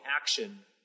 action